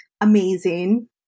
amazing